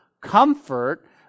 comfort